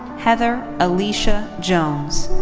heather alicia jones.